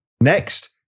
Next